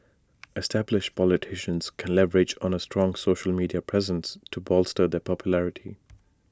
established politicians can leverage on A strong social media presence to bolster their popularity